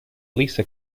lisa